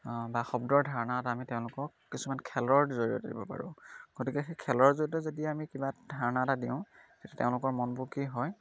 বা শব্দৰ ধাৰণা এটা আমি তেওঁলোকক কিছুমান খেলৰ জৰিয়তে দিব পাৰোঁ গতিকে সেই খেলৰ জৰিয়তে যদি আমি কিবা ধাৰণা এটা দিওঁ তেতিয়া তেওঁলোকৰ মনবোৰ কি হয়